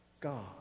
God